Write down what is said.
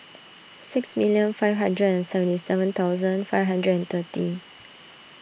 six million five hundred and seventy seven thousand five hundred and thirty